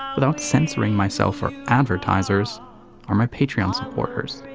without censoring myself for advertisers are my patreon-supporters.